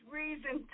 reason